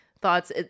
thoughts